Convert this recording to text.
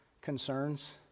concerns